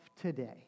today